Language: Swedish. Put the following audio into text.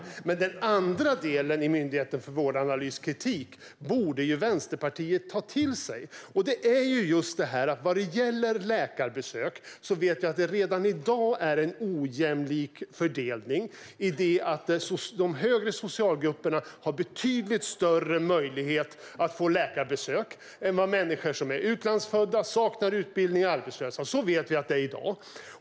Men den andra delen i kritiken från Myndigheten för vårdanalys borde Vänsterpartiet ta till sig. Det handlar just om att när det gäller läkarbesök finns det redan i dag är en ojämlik fördelning. De högre socialgrupperna har betydligt större möjlighet att få läkarbesök än vad människor som är utlandsfödda, som saknar utbildning eller som är arbetslösa har. Så vet vi att det är i dag.